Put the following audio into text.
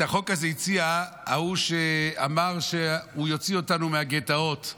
את החוק הזה הציע ההוא שאמר שהוא יוציא אותנו מהגטאות,